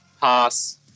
pass